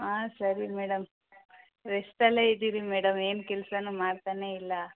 ಹಾಂ ಸರಿ ಮೇಡಮ್ ರೆಸ್ಟಲ್ಲೇ ಇದೀವಿ ಮೇಡಮ್ ಏನು ಕೆಲಸನು ಮಾಡ್ತಾನೇ ಇಲ್ಲ